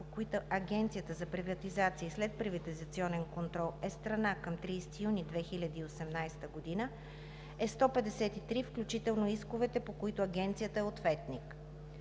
по които Агенцията за приватизация и следприватизационен контрол е страна към 30 юни 2018 г., е 153, включително и исковите, по които Агенцията е ответник.